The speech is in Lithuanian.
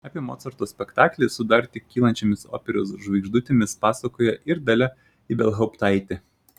apie mocarto spektaklį su dar tik kylančiomis operos žvaigždutėmis pasakoja ir dalia ibelhauptaitė